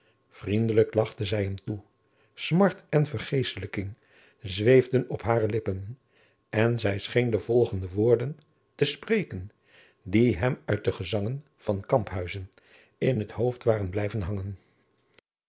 lachte zij hem toe smart en vergeeslijkheid zweefden op hare lippen en zij scheen de volgende woorden te spreken die hem uit de gezangen van kamphuyzen in het hoofd waren blijven hangen